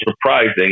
surprising